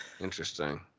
Interesting